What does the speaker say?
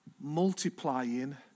multiplying